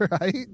right